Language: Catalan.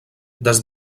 des